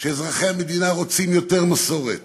שאזרחי המדינה רוצים יותר מסורת